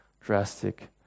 drastic